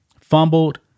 fumbled